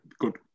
good